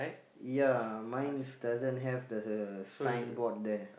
ya mine doesn't have the signboard there